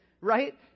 right